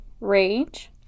Rage